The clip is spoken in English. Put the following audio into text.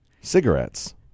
cigarettes